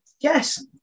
Yes